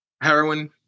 Heroin